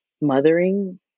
mothering